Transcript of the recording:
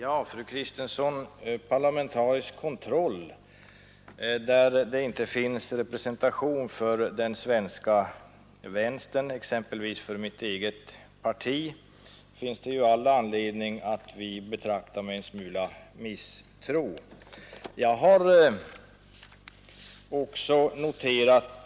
Herr talman! Parlamentarisk kontroll utan representation för den svenska vänstern, exempelvis för mitt eget parti, finns det all anledning att betrakta med en smula misstro, fru Kristensson.